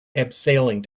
abseiling